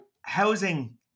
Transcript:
housing